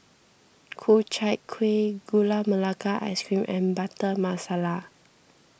Ku Chai Kuih Gula Melaka Ice Cream and Butter Masala